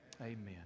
Amen